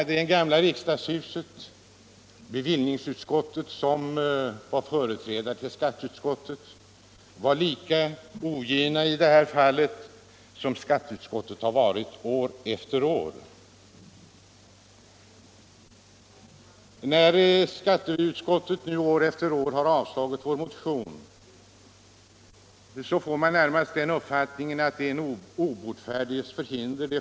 Och i den gamla riksdagen var skatteutskottets föregångare bevillningsutskottet lika ogint som skatteutskottet nu varit de senaste åren. Skatteutskottet har alltså gång på gång avstyrkt vår motion med motiveringar som närmast för tanken till den obotfärdiges förhinder.